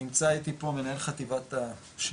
ונמצא איתי פה מנהל חטיבת השירות,